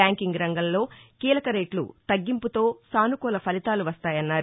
banking రంగంలో కీలక రేట్లు తగ్గింపుతో సానుకూల ఫలితాలు వస్తాయన్నారు